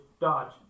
dodge